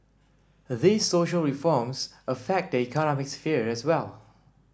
these social reforms affect the economic sphere as well